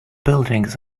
buildings